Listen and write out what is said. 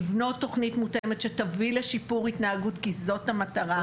לבנות תוכנית מותאמת שתביא לשיפור התנהגות כי זאת המטרה,